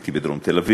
הייתי בדרום תל-אביב,